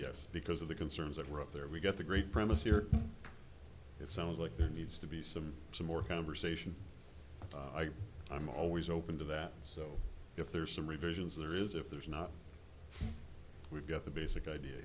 yes because of the concerns that were out there we get the great promise here it sounds like there needs to be some some more conversation i'm always open to that so if there's some revisions there is if there's not we've got the basic idea